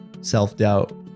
self-doubt